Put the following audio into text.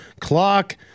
clock